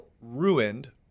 ruined